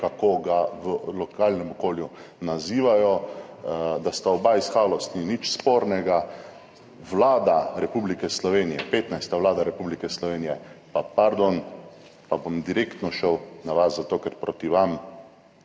kako ga v lokalnem okolju nazivajo. Da sta oba iz Haloz, ni nič spornega. Vlada Republike Slovenije, 15. Vlada Republike Slovenije, pa pardon, pa bom direktno šel na vas, zato ker proti vam,